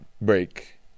break